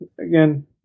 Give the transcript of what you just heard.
again